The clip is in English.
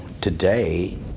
today